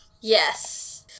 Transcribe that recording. Yes